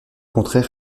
contraire